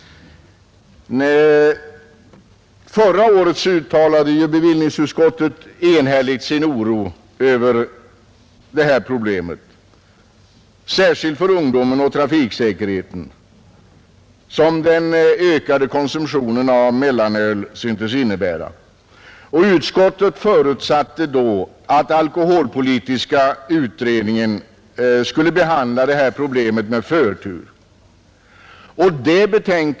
Förra året uttalade bevillningsutskottet enhälligt sin oro över det problem, särskilt för ungdomarna och för trafiksäkerheten, som den ökade konsumtionen av mellanöl syntes innebära. Utskottet förutsatte då att alkoholpolitiska utredningen skulle behandla problemet med förtur.